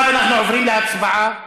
עכשיו אנחנו עוברים להצבעה,